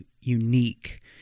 unique